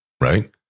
right